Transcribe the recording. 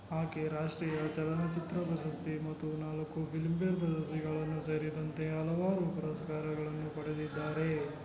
ಆಕೆ ರಾಷ್ಟ್ರೀಯ ಚಲನಚಿತ್ರ ಪ್ರಶಸ್ತಿ ಮತ್ತು ನಾಲ್ಕು ಫಿಲ್ಮ್ಫೇರ್ ಪ್ರಶಸ್ತಿಗಳನ್ನು ಸೇರಿದಂತೆ ಹಲವಾರು ಪುರಸ್ಕಾರಗಳನ್ನು ಪಡೆದಿದ್ದಾರೆ